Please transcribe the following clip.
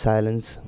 Silence